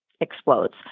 explodes